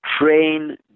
train